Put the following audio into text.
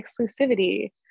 exclusivity